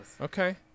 okay